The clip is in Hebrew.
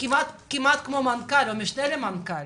כמעט כמו מנכ"ל או משנה למנכ"ל,